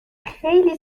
خیلی